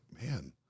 man